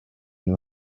new